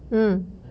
mm